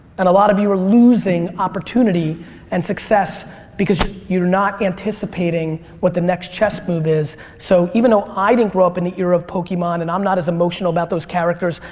and a lot of you are losing opportunity and success because you're not anticipating what the next chess move is so even though i didn't grow up in the era of pokemon and i'm not as emotional about those characters,